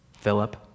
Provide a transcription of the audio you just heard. Philip